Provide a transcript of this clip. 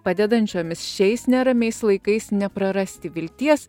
padedančiomis šiais neramiais laikais neprarasti vilties